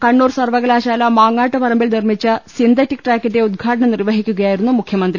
കണ്ണൂർ സർവകലാശാല മാങ്ങാട്ടുപറമ്പിൽ നിർമ്മിച്ച സിന്തറ്റിക് ട്രാക്കിന്റെ ഉദ്ഘാടനം നിർവഹി ക്കുകയായിരുന്നു മുഖ്യമന്ത്രി